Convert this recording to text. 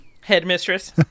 Headmistress